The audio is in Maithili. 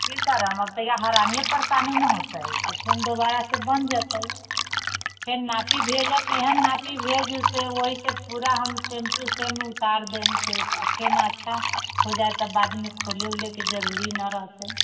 कि करब अब तऽ इएह हरानी परेशानी ने हौतै तखन दोबारासँ बनि जेतै फेर नापी भेजब एहन नापी भेजू जाहिसँ ओहिसँ पूरा हम सेम टु सेम उतारि देब जखन अच्छा हो जाइत तऽ बादमे खोलै उलैके जरूरी नहि रहतै